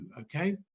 okay